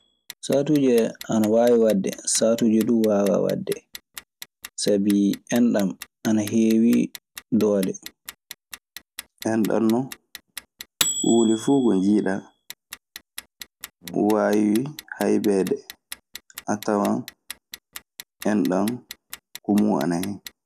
Saatuuje ana waawi waɗde. Saatuuje duu waawaa waɗde. Sabi enɗam ana heewi doole. Enɗan non, huunde fu ko njiiɗaa ko waawi haybeede a tawan enɗan ko mun ana hen.